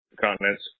continents